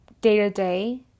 day-to-day